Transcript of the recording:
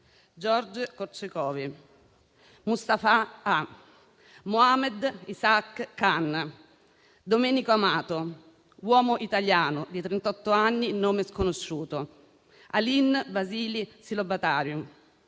George Corceovei, Mustafà A., Mohamed Ishaq Khan, Domenico Amato, uomo italiano di 38 anni (nome sconosciuto), Alin Vasili Ciobotariu,